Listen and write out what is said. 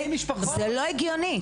זה לא הגיוני,